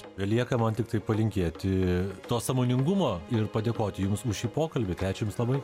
belieka man tiktai palinkėti to sąmoningumo ir padėkoti jums už šį pokalbį tai ačiū jums labai